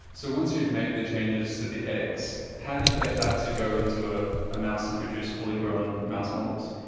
so once you've made the changes to the eggs, how do you get that to go into a mouse and produce fully grown mouse models?